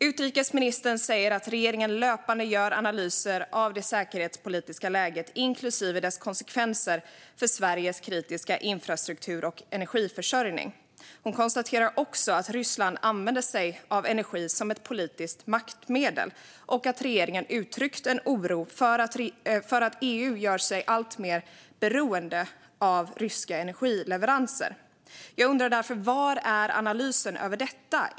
Utrikesministern säger att regeringen löpande gör analyser av det säkerhetspolitiska läget, inklusive konsekvenserna för Sveriges kritiska infrastruktur och energiförsörjning. Hon konstaterar också att Ryssland använder sig av energi som ett politiskt maktmedel och att regeringen har uttryckt oro för att EU gör sig alltmer beroende av ryska energileveranser. Jag undrar därför: Var är analysen av detta?